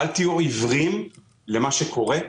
אל תהיו עיוורים למה שקורה.